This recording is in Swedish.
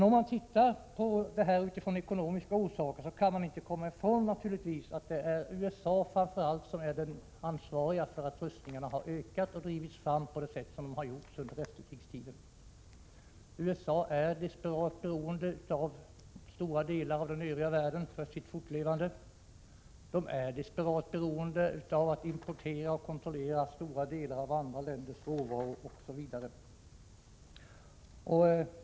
Om man ser på detta utifrån ekonomiska utgångspunkter, kan man naturligtvis inte komma ifrån att framför allt USA har ansvaret för att rustningarna har ökat och drivits fram på det sätt som har skett under efterkrigstiden. USA är desperat beroende av stora delar av den övriga världen för sin fortlevnad, av att importera och kontrollera andra länders råvaror osv.